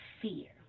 fear